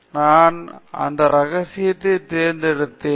நான் அந்த ரகசியத்தை தேர்ந்தெடுத்தேன்